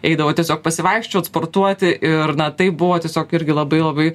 eidavo tiesiog pasivaikščiot sportuoti ir na tai buvo tiesiog irgi labai labai